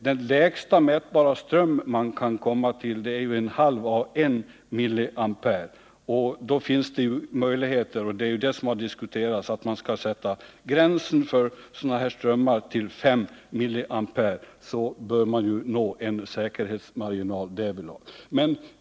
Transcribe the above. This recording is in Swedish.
Den lägsta mätbara ström man kan komma till är 0,5—1 mA. Det finns möjlighet — och det är det som har diskuterats — att sätta gränsen för sådana här strömmar till 5 mA, och därmed bör man nå en säkerhetsmarginal.